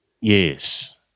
Yes